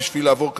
כדי לעבור קדימה.